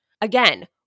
Again